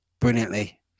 brilliantly